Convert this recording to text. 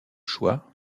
choix